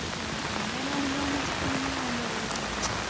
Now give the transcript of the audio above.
എൻ്റെ ഒരു അനുഭവം എന്നു വച്ചിട്ടുണ്ടെങ്കിൽ അവൻ്റെ കൂടെ ഉള്ളൊരു അനുഭവമാണ്